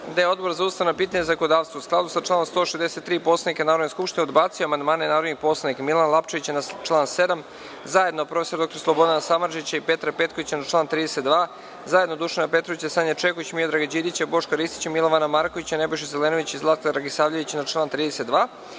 da je O)dbor za ustavna pitanja i zakonodavstvo, u skladu sa članom 163. Poslovnika Narodne skupštine, odbacio amandmane narodnih poslanika: Milana Lapčevića na član 7; zajedno prof. dr Slobodana Samardžića i Petra Petkovića na član 32; zajedno Dušana Petrovića, Sanje Čeković, Miodraga Đidića, Boška Ristića, Milovana Markovića, Nebojše Zelenovića i Zlatka Dragosavljevića na član 32;